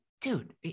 dude